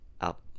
up